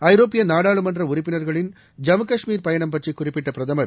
ஐரோப்பிய நாடாளுமன்ற உறுப்பினர்களின் ஜம்மு கஷ்மீர் பயணம் பற்றி குறிப்பிட்ட பிரதமர்